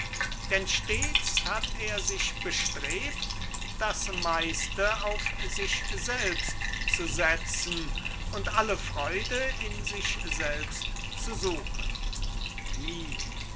denn stets hat er sich bestrebt das meiste auf sich selbst zu setzen und alle freude in sich selbst zu suchen wie